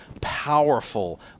powerful